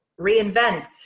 reinvent